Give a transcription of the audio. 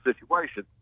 situation